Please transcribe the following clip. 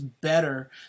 better